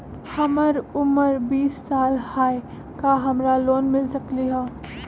हमर उमर बीस साल हाय का हमरा लोन मिल सकली ह?